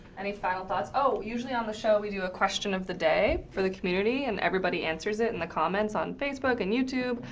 any final thoughts? usually on the show we do a question of the day for the community and everybody answers it in the comments on facebook and youtube.